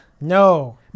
No